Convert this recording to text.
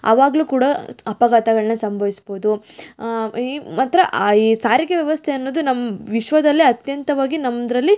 ಆವಾಗಲೂ ಕೂಡ ಅಪಘಾತಗಳು ಸಂಭವಿಸ್ಬೋದು ಈ ಮಾತ್ರ ಆ ಈ ಸಾರಿಗೆ ವ್ಯವಸ್ಥೆ ಅನ್ನೋದು ನಮ್ಮ ವಿಶ್ವದಲ್ಲೇ ಅತ್ಯಂತವಾಗಿ ನಮ್ಮದ್ರಲ್ಲಿ